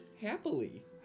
happily